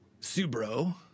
Subro